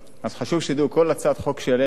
אז חשוב שידעו: כל הצעת חוק שהעלינו היום